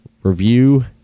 review